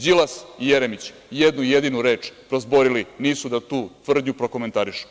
Đilas i Jeremić ni jednu jedinu reč prozborili nisu da tu tvrdnju prokomentarišu.